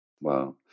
Wow